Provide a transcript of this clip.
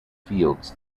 fields